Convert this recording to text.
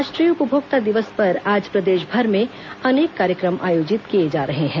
राष्ट्रीय उपभोक्ता दिवस पर आज प्रदेश में अनेक कार्यक्रम आयोजित किए जा रहे हैं